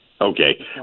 Okay